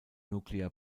nuclear